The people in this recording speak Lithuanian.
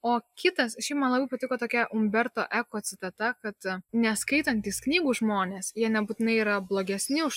o kitas šiaip man labai patiko tokia umberto eko citata kad neskaitantys knygų žmonės jie nebūtinai yra blogesni už